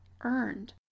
earned